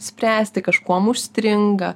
spręsti kažkuom užstringa